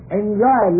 enjoy